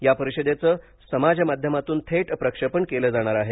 या परिषदेचं समाज माध्यमांतून थेट प्रक्षेपण केलं जाणार आहे